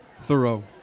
Thorough